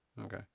Okay